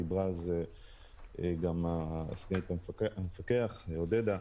דיברה על זה גם סגנית המפקח עודדה.